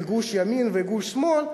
גוש ימין וגוש שמאל,